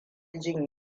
jin